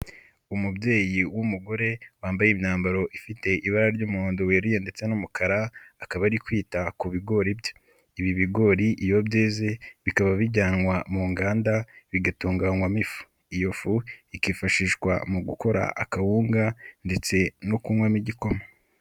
Umubyeyi w'umugore wambaye imyambaro ifite ibara ry'umuhondo weruye ndetse n'umukara akaba ari kwita ku bigori bye, ibi bigori iyo byeze bikaba bijyanwa mu nganda bigatunganywamo ifu, iyo fu ikifashishwa mu gukora akawunga ndetse no kunywamo igikoma.